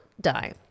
die